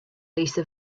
lisa